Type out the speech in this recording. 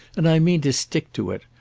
and i mean to stick to it.